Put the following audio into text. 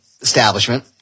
establishment